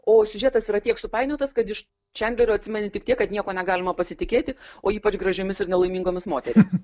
o siužetas yra tiek supainiotas kad iš čandlerio atsimeni tik tiek kad nieko negalima pasitikėti o ypač gražiomis ir nelaimingomis moterimis